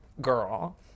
girl